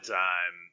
time